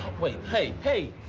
wait. hey, hey.